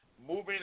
moving